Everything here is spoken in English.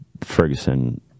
Ferguson